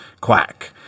quack